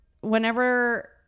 whenever